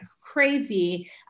crazy